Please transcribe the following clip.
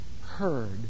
heard